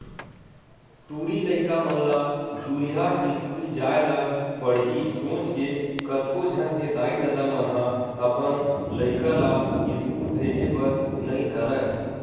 टूरी लइका मन ला दूरिहा इस्कूल जाय ल पड़ही सोच के कतको झन के दाई ददा मन ह अपन लइका ला इस्कूल भेजे बर नइ धरय